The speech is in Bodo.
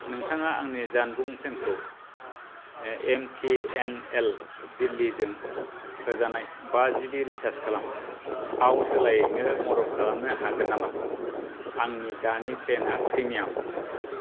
नोंथाङा आंनि जानबुं प्लेनखौ एम टि एन एल दिल्लीजों होजानाय बा जिबि रिचार्ज खालाम आव सोलायनो मदद खालामनो हागोन नामा आंनि दानि प्लेना प्रिमियाम